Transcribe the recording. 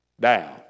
Down